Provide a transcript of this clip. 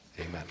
Amen